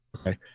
okay